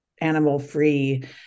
animal-free